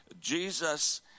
Jesus